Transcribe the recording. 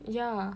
yeah